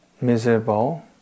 miserable